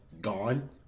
gone